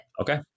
Okay